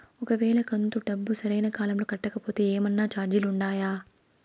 ఒక వేళ కంతు డబ్బు సరైన కాలంలో కట్టకపోతే ఏమన్నా చార్జీలు ఉండాయా?